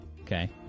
Okay